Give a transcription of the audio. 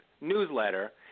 newsletter